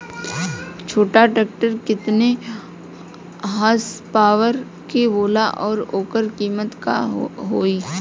छोटा ट्रेक्टर केतने हॉर्सपावर के होला और ओकर कीमत का होई?